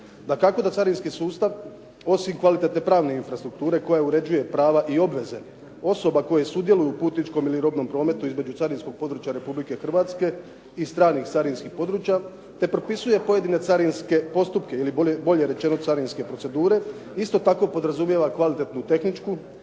Dakako da carinski sustav osim kvalitetne pravne infrastrukture koja uređuje prava i obveze osoba koje sudjeluju u putničkom ili robnom prometu između carinskog područja Republike Hrvatske i stranih carinskih područja te propisuje pojedine carinske postupke ili bolje rečeno carinske procedure isto tako podrazumijeva kvalitetnu tehničku